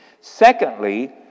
Secondly